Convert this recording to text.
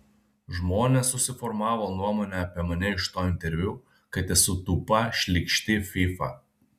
žmonės susiformavo nuomonę apie mane iš to interviu kad esu tūpa šlykšti fyfa